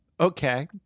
Okay